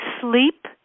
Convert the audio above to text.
sleep